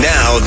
Now